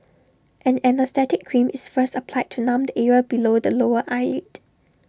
an anaesthetic cream is first applied to numb the area below the lower eyelid